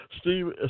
Steve